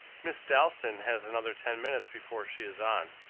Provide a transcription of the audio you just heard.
miss dalstan has another ten minutes before she is on.